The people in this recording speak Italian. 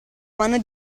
mano